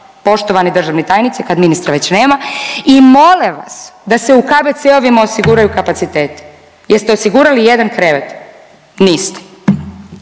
poštovani državni tajniče, kad ministra već nema, i mole vas da se u KBC-ovima osiguraju kapaciteti. Jeste osigurali jedan krevet? Niste.